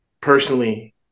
personally